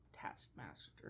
Taskmaster